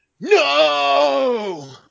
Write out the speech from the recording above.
No